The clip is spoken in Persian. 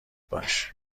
باش